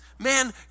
man